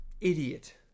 idiot